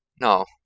No